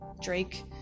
Drake